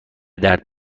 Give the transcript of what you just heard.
درد